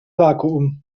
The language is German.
vakuum